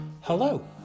Hello